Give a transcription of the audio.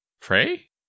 Pray